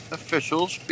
officials